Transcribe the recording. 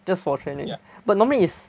just for training but normally is